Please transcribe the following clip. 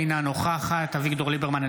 אינה נוכחת אביגדור ליברמן,